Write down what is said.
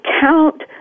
count